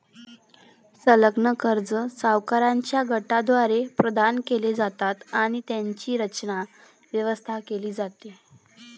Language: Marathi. संलग्न कर्जे सावकारांच्या गटाद्वारे प्रदान केली जातात आणि त्यांची रचना, व्यवस्था केली जाते